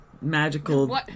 magical